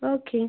okay